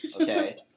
Okay